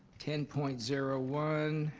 ten point zero one,